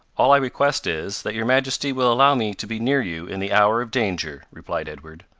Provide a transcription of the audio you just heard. all i request is, that your majesty will allow me to be near you in the hour of danger, replied edward.